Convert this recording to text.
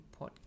Podcast